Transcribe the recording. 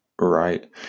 right